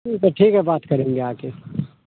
ठीक है ठीक है बात करेंगे आकर